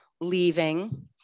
leaving